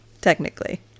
Technically